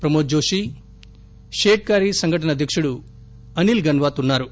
ప్రమోద్ జోషి పేట్కారీ సంఘటస్ అధ్యకుడు అనిల్ గన్వాత్ ఉన్నారు